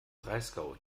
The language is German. breisgau